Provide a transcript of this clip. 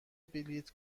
بلیط